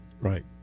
right